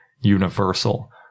universal